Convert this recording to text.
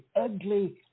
ugly